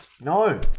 No